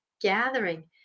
gathering